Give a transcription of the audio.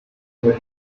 the